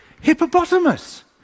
hippopotamus